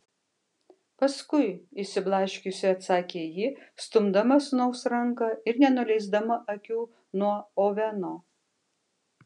paskui išsiblaškiusi atsakė ji stumdama sūnaus ranką ir nenuleisdama akių nuo oveno